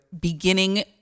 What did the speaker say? beginning